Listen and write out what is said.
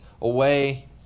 away